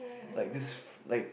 like this f~ like